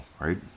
right